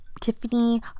Tiffany